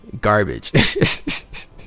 garbage